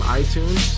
iTunes